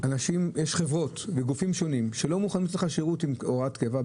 יש חברות וגופים שונים שלא מוכנים לתת לך שירות עם הוראת קבע,